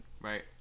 Right